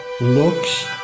looks